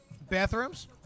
bathrooms